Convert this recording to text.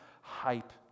hype